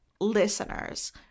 listeners